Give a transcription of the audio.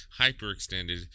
hyperextended